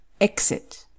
Exit